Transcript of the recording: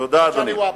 תודה, אדוני.